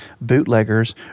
bootleggers